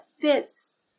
fits